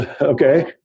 Okay